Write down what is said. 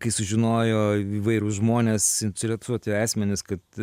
kai sužinojo įvairūs žmonės suinteresuoti asmenys kad